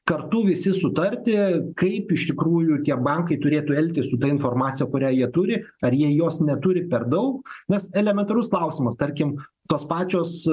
kartu visi sutarti kaip iš tikrųjų tie bankai turėtų elgtis su ta informacija kurią jie turi ar jie jos neturi per daug nes elementarus klausimas tarkim tos pačios